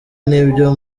n’ibyo